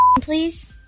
please